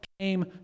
came